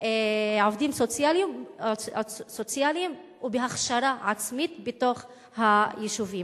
עובדים סוציאליים ובהכשרה עצמית בתוך היישובים.